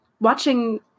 watching